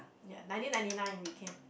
ya nineteen ninety nine we came